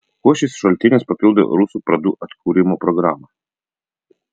kuo šis šaltinis papildo rusų pradų atkūrimo programą